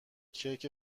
کیک